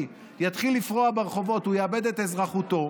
יתחיל לפרוע ברחובות הוא יאבד את אזרחותו.